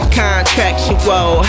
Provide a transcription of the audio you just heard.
contractual